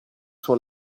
suo